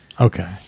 Okay